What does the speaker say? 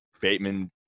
Bateman